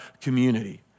community